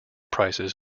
prices